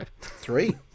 three